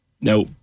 Now